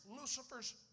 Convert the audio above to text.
Lucifer's